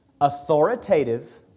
authoritative